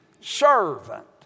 servant